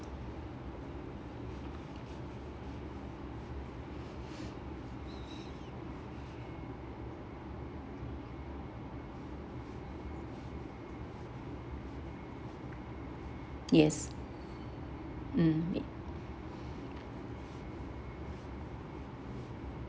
yes mm